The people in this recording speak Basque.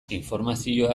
informazioa